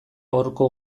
horko